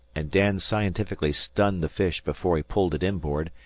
and dan scientifically stunned the fish before he pulled it inboard,